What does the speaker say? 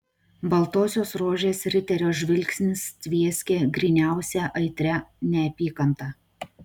baltosios rožės riterio žvilgsnis tvieskė gryniausia aitria neapykanta